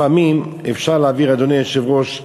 לפעמים אפשר להעביר נושאים, אדוני היושב-ראש,